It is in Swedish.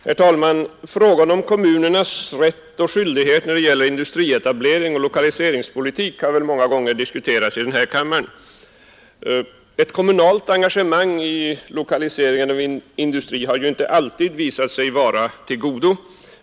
Herr talman! Frågan om kommunernas rätt och skyldighet när det gäller industrietablering och lokaliseringspolitik har många gånger diskuterats i den här kammaren. Ett kommunalt engagemang i lokaliseringen av industri har inte alltid visat sig vara av godo.